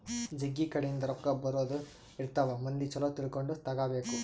ಜಗ್ಗಿ ಕಡೆ ಇಂದ ರೊಕ್ಕ ಬರೋದ ಇರ್ತವ ಮಂದಿ ಚೊಲೊ ತಿಳ್ಕೊಂಡ ತಗಾಬೇಕು